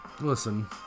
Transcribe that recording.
Listen